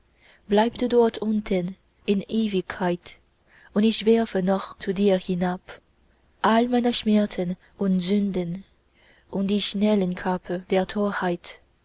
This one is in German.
du dort unten in ewigkeit und ich werfe noch zu dir hinab all meine schmerzen und sünden und die schellenkappe der